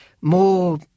more